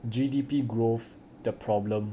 G_D_P growth the problem